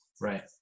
Right